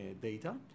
data